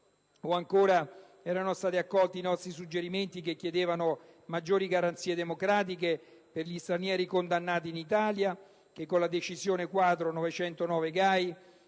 familiare; erano stati accolti i nostri suggerimenti che chiedevano maggiori garanzie democratiche per gli stranieri condannati in Italia che con la decisione-quadro